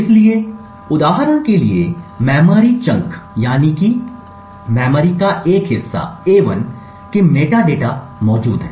इसलिए उदाहरण के लिए मेमोरी चंक a1 के मेटाडेटा मौजूद है